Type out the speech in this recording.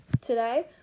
Today